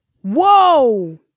whoa